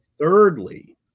thirdly